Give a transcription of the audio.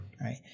Right